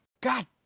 God